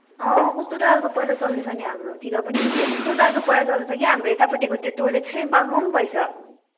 अँ कस्तो डरलाग्दो पहिरो चल्दैछ नि हाम्रोतिर पनि यस्तो डरलाग्दो पहिरो चल्दैछ कि हाम्रो यतापट्टिको त्यो टोइलेट थियो नि बाङ्गबुङ्ग भएछ